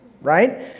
right